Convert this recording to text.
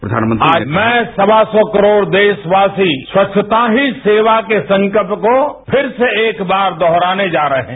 प्रधानमंत्री ने कहा आज मैं सवा सौ करोड़ देशवासी स्वच्छता ही सेवा के संकत्य को फिर से एक बार दोहराने जा रहे हैं